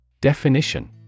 Definition